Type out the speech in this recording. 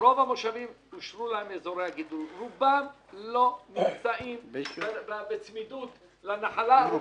לרוב המושבים אושרו אזורי הגידול רובם לא נמצאים בצמידות לנחלה.